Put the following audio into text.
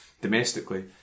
domestically